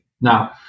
Now